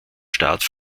staat